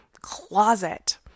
closet